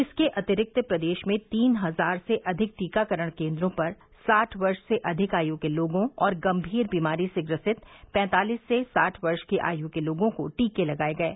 इसके अतिरिक्त प्रदेश में तीन हजार से अधिक टीकाकरण केंद्रों पर साठ वर्ष से अधिक आयु के लोगों और गंभीर बीमारी से ग्रसित पैंतालीस से साठ वर्ष की आयु के लोगों को टीके लगाए गये